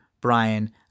Brian